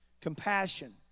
Compassion